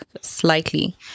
slightly